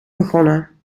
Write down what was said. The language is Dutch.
begonnen